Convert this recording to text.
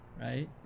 right